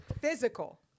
physical